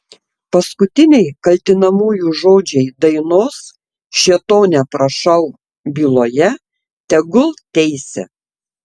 paskutiniai kaltinamųjų žodžiai dainos šėtone prašau byloje tegul teisia